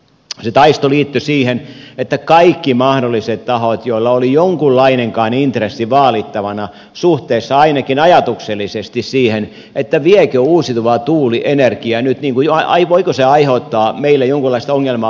se taisto liittyi siihen että kaikilla mahdollisilla tahoilla oli jonkunlainenkaan intressi vaalittavana suhteessa ainakin ajatuksellisesti siihen voiko uusiutuva tuulienergia aiheuttaa meille jonkunlaista ongelmaa